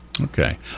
Okay